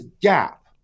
gap